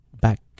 back